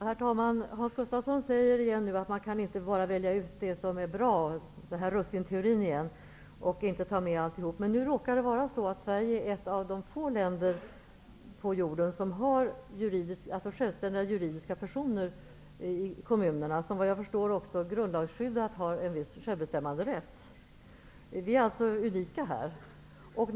Herr talman! Hans Gustafsson säger återigen att man inte bara kan välja det som är bra och inte ta med allt - russinteorin, alltså. Det råkar vara så att Sverige är ett av de få länder på jorden där kommunerna är självständiga juridiska personer, som vad jag förstår också grundlagsskyddat har en viss självbestämmanderätt. Vi är alltså unika på den punkten.